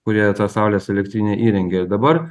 kurie tą saulės elektrinę įrengė dabar